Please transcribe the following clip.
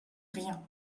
rien